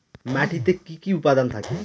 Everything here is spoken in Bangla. মাটিতে কি কি উপাদান থাকে?